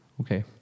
Okay